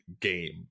game